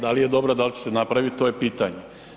Da li je dobra, dal će se napraviti to je pitanje.